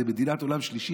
זו מדינת עולם שלישי?